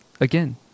again